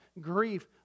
Grief